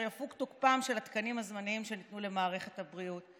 יפוג תוקפם של התקנים הזמניים שנתנו למערכת הבריאות.